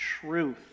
truth